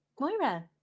Moira